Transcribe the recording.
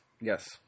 Yes